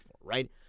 right